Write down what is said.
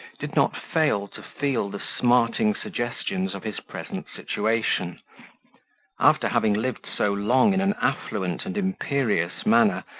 did not fail to feel the smarting suggestions of his present situation after having lived so long in an affluent and imperious manner,